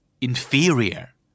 inferior